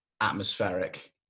atmospheric